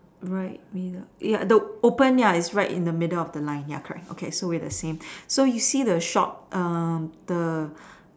right middle ya the open ya its right in the middle of the line ya correct so we are the same so you see the shop um the